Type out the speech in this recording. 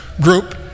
group